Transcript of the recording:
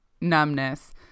numbness